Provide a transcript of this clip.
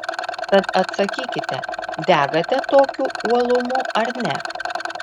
tad atsakykite degate tokiu uolumu ar ne